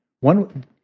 one